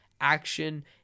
action